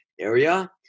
area